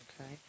Okay